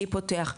מי פותח,